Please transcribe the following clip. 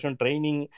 training